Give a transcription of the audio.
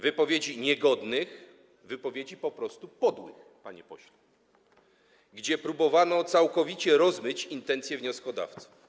wypowiedzi niegodnych, wypowiedzi po prostu podłych, panie pośle, gdzie próbowano całkowicie rozmyć intencje wnioskodawców.